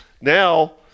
now